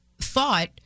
thought